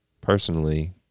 personally